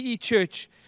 church